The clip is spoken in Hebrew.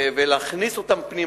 ולהכניס אותם פנימה,